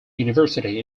university